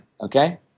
Okay